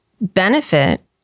benefit